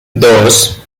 dos